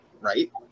right